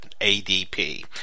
ADP